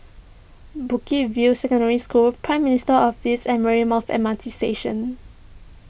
Bukit View Secondary School Prime Minister's Office and Marymount M R T Station